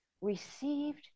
received